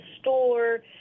store